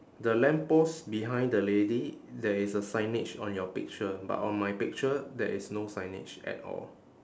the lamppost behind the lady there is a signage on your picture but on my picture there is no signage at all